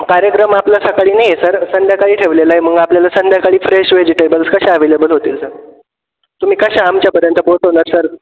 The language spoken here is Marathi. कार्यक्रम आपल्या सकाळी नाही आहे सर संध्याकाळी ठेवलेला आहे मग आपल्याला संध्याकाळी फ्रेश व्हेजिटेबल्स कशा अवे्लेबल होतील सर तुम्ही कशा आमच्यापर्यंत पोहोचवणार सर